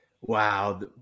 Wow